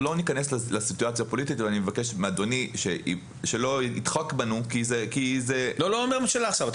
זה לא ברמת השר.